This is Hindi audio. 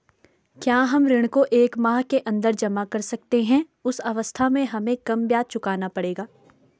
क्या हम ऋण को एक माह के अन्दर जमा कर सकते हैं उस अवस्था में हमें कम ब्याज चुकाना पड़ेगा?